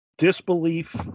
disbelief